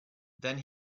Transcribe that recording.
then